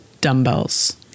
dumbbells